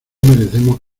merecemos